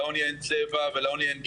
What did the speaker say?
לעוני אין צבע ולעוני אין גזע.